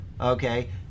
okay